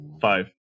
five